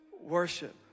Worship